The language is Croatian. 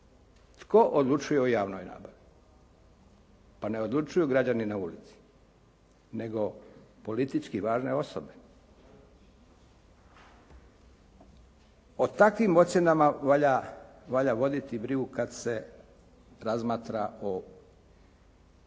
Tko odlučuje o javnoj nabavi? Pa ne odlučuju građani na ulici, nego politički važne osobe. O takvim ocjenama valja voditi brigu kad se razmatra o